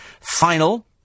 final